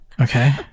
Okay